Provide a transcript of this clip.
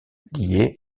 lié